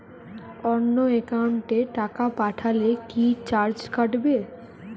অন্য একাউন্টে টাকা পাঠালে কি চার্জ কাটবে?